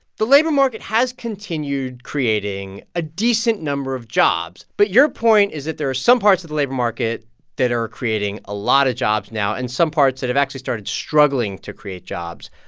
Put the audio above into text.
the labor market has continued creating a decent number of jobs. but your point is that there are some parts of the labor market that are creating a lot of jobs now and some parts that have actually started struggling to create jobs.